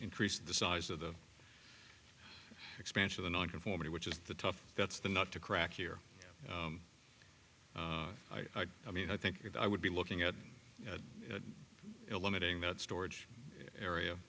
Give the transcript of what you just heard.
increase the size of the expansion the nonconformity which is the tough that's the nut to crack here i mean i think i would be looking at eliminating that storage area